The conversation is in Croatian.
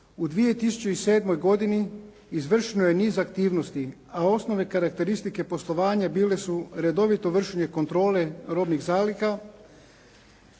U 2007. godini izvršeno je niz aktivnosti a osnovne karakteristike poslovanja bile su redovito vršenje kontrole robnih zaliha,